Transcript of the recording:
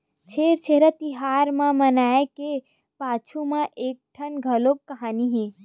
छेरछेरा तिहार ल मनाए के पाछू म एकठन घलोक कहानी हे